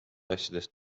asjadest